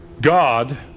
God